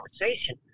conversation